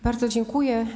Bardzo dziękuję.